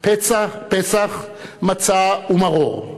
פסח, מצה ומרור.